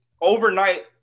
overnight